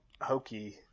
hokey